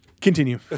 Continue